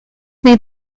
made